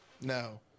No